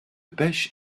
pêche